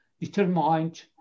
determined